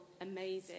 amazing